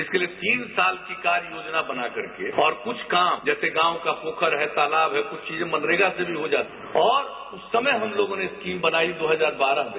इसके लिए तीन साल की कार्ययोजना बना करके और कुछ काम जैसे गांव का पोखर तालाब कुछ चीजें मनरेगा से भी हो जाती हैं और उस समय हमलोगों ने स्कीम बनायी दो हजार बारह में